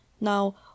Now